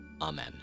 Amen